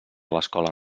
l’escola